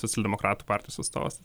socialdemokratų partijos atstovas